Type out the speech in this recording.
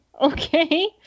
okay